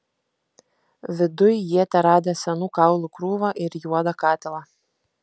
viduj jie teradę senų kaulų krūvą ir juodą katilą